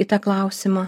į tą klausimą